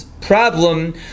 problem